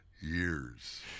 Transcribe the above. Years